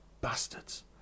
bastards